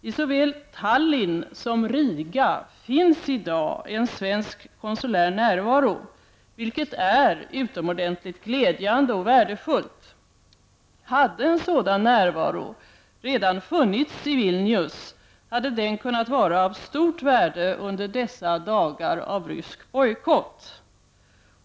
I såväl Tallinn som Riga finns i dag en svensk konsulär närvaro, vilket är utomordentligt glädjande och värdefullt. Hade en sådan närvaro funnits i Vilnius, hade den kunnat vara av stort värde under dessa dagar av rysk bojkott.